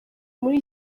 muri